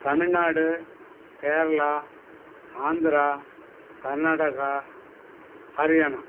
Tamil Nadu Kerala Andhra Karnataka Haryana